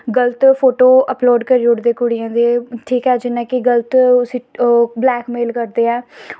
गल्त photo upload करी ओड़दे कुड़ियें दे ठीक ऐ जि'यां कि उस्सी बलैकमेल करदे ऐ